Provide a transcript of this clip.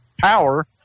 power